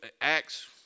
Acts